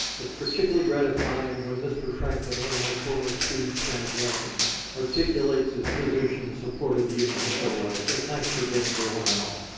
it's particularly gratifying when mr. franklin, one of my former students stands up and articulates his position in support of the union so well. so thanks for being here one and all.